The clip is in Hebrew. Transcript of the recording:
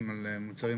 בשתי מילים,